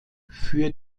für